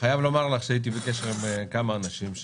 אני חייב לומר לך שהייתי בקשר עם כמה אנשים,